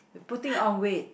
putting on weight